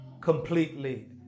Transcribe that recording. completely